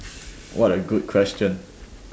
what a good question